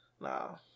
No